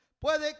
Puede